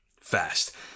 fast